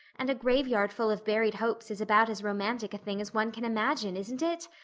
and a graveyard full of buried hopes is about as romantic a thing as one can imagine isn't it?